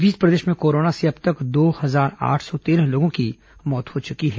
इस बीच प्रदेश में कोरोना से अब तक दो हजार आठ सौ तेरह लोगों की मौत हो चुकी है